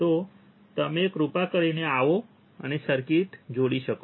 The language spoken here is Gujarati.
તો તમે કૃપા કરીને આવો અને સર્કિટને જોડી શકો